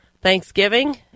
Thanksgiving